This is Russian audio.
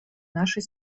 нашей